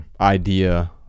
idea